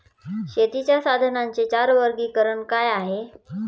शेतीच्या साधनांचे चार वर्गीकरण काय आहे?